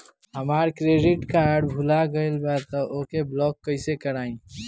हमार credit card भुला गएल बा त ओके ब्लॉक कइसे करवाई?